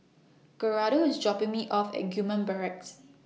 Gerardo IS dropping Me off At Gillman Barracks